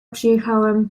przyjechałem